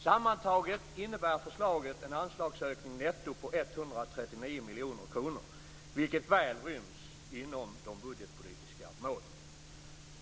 Sammantaget innebär förslaget en anslagsökning netto på 139 miljoner kronor, vilket mycket väl ryms inom de budgetpolitiska målen.